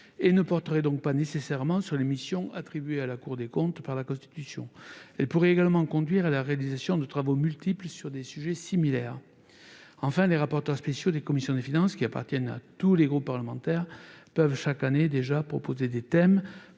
ne porteraient pas nécessairement sur les missions attribuées à la Cour des comptes par la Constitution. Elle pourrait également conduire à la réalisation de travaux multiples sur des sujets similaires. Enfin, les rapporteurs spéciaux des commissions des finances, qui appartiennent à tous les groupes parlementaires, peuvent déjà proposer chaque